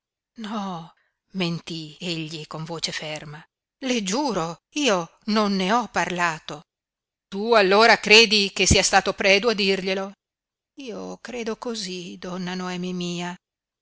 vero no mentí egli con voce ferma le giuro io non ne ho parlato tu allora credi che sia stato predu a dirglielo io credo cosí donna noemi mia